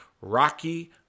Rocky